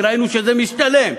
כי ראינו שזה משתלם,